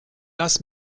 das